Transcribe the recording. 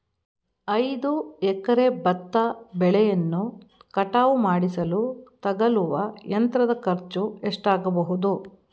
ಐದು ಎಕರೆ ಭತ್ತ ಬೆಳೆಯನ್ನು ಕಟಾವು ಮಾಡಿಸಲು ತಗಲುವ ಯಂತ್ರದ ಖರ್ಚು ಎಷ್ಟಾಗಬಹುದು?